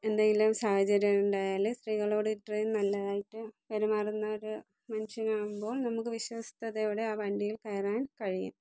എന്തെങ്കിലും സാഹചര്യമുണ്ടായാൽ സ്ത്രീകളോട് ഇത്രയും നല്ലതായിട്ടും പെരുമാറുന്ന ഒരു മനുഷ്യനാകുമ്പോൾ നമുക്ക് വിശ്വസ്തതയോടെ ആ വണ്ടിയിൽ കയറാൻ കഴിയും